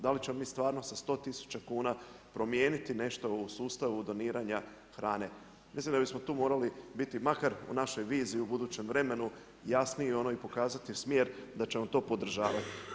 Da li ćemo mi stvarno sa 100 000 kuna promijeniti nešto u sustavu doniranja hrane, mislim da bismo tu morali biti makar u našoj viziji, u budućem vremenu jasniji i pokazati smjer da ćemo to podržavati.